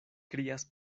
krias